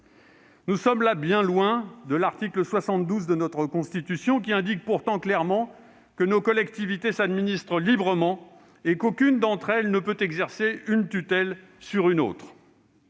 Nous sommes là bien loin de l'article 72 de notre Constitution, qui prévoit pourtant clairement que nos collectivités s'administrent librement et qu'aucune d'entre elles ne peut exercer une tutelle sur une autre.